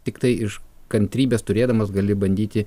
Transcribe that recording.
tiktai iš kantrybės turėdamas gali bandyti